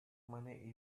money